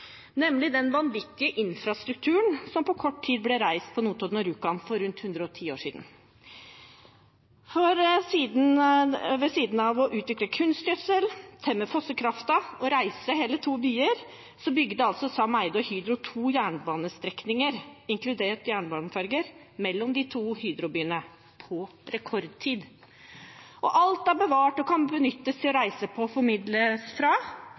nemlig den vanvittige infrastrukturen som på kort tid ble reist på Notodden og Rjukan for rundt 110 år siden. Ved siden av å utvikle kunstgjødsel, temme fossekraften og reise hele to byer bygde altså Sam Eyde og Hydro to jernbanestrekninger, inkludert jernbaneferger, mellom de to Hydro-byene – på rekordtid. Alt er bevart og kan benyttes til å reise på og formidles fra,